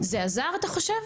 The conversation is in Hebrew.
זה עזר, אתה חושב?